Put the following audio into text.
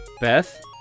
Beth